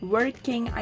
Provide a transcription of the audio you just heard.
Working